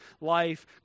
life